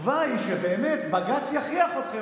התקווה היא שבאמת בג"ץ יכריח אתכם,